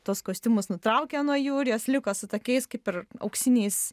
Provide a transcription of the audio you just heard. tuos kostiumus nutraukia nuo jų ir jos liko su tokiais kaip ir auksiniais